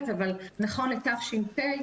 אבל נכון לתש"פ,